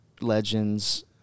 legends